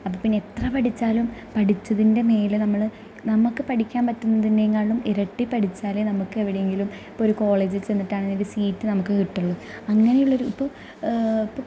അപ്പം പിന്നെ എത്ര പഠിച്ചാലും പഠിച്ചതിന്റെ മേലെ നമ്മൾ നമുക്ക് പഠിക്കാൻ പറ്റുന്നതിനേക്കാളും ഇരട്ടി പഠിച്ചാലേ നമുക്ക് എവിടെയെങ്കിലും ഇപ്പോൾ ഒരു കോളേജിൽ ചെന്നിട്ടായാലും സീറ്റ് നമുക്ക് കിട്ടുള്ളൂ അങ്ങനെയുള്ളൊരു ഇപ്പോൾ ഇപ്പോൾ